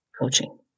coaching